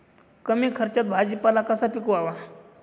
कमी खर्चात भाजीपाला कसा पिकवावा?